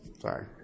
Sorry